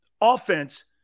offense